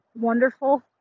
wonderful